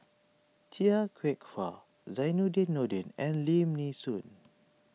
Chia Kwek Fah Zainudin Nordin and Lim Nee Soon